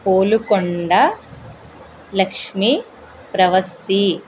Polukonda Lakshmi ప్రవస్థి